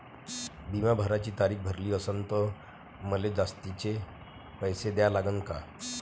बिमा भराची तारीख भरली असनं त मले जास्तचे पैसे द्या लागन का?